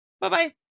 Bye-bye